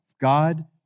God